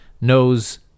knows